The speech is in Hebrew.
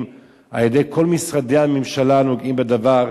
על-ידי כל משרדי הממשלה הנוגעים בדבר,